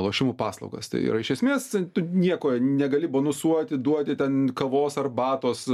lošimų paslaugas tai yra iš esmės nieko negali bonusuoti duoti ten kavos arbatos